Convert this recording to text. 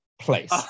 place